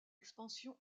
expansion